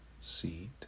seat